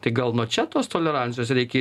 tai gal nuo čia tos tolerancijos reikia